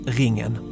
ringen